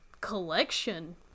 collection